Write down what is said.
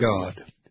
God